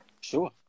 Sure